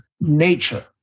nature